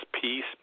peace